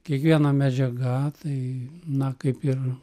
kiekviena medžiaga tai na kaip ir